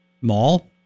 Mall